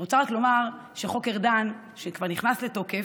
אני רוצה רק לומר שחוק ארדן, שכבר נכנס לתוקף,